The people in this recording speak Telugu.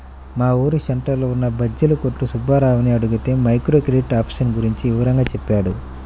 మా ఊరు సెంటర్లో ఉన్న బజ్జీల కొట్టు సుబ్బారావుని అడిగితే మైక్రో క్రెడిట్ ఆప్షన్ గురించి వివరంగా చెప్పాడు